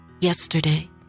yesterday